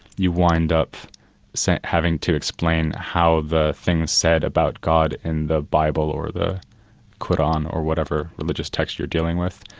you wind up having to explain how the things said about god in the bible or the qur'an or whatever religious text you're dealing with,